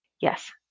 Yes